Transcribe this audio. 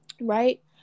Right